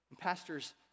pastors